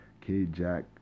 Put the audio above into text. K-Jack